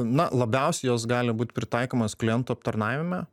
na labiausiai jos gali būti pritaikomas klientų aptarnavime